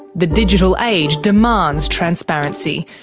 the digital age demands transparency,